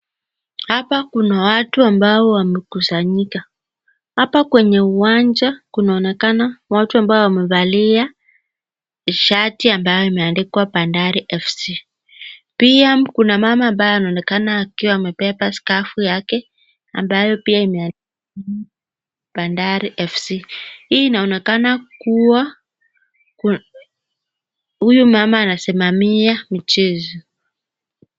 Hapa kuna watu ambao wamekusanyika. Hapa kwenye uwanja kunaonekana watu ambao wamevalia shati ambayo imeandikwa Bandari FC. Pia kuna mama ambaye anaonekana akiwa amebeba skafu yake ambayo pia imeandikwa Bandari FC. Hii inaonekana kuwa huyu mama anasimamia michezo.